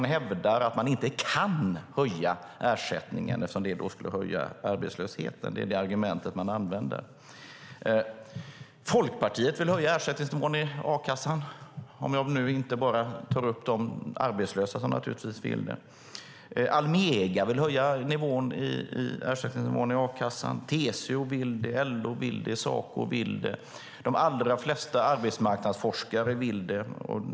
De hävdar att de inte kan höja ersättningen eftersom det skulle höja arbetslösheten. Det är det argument de använder. Inte bara de arbetslösa utan också Folkpartiet vill höja ersättningsnivån i a-kassan. Almega vill det. TCO, LO och Saco vill det. De allra flesta arbetsmarknadsforskare vill det.